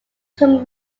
tomb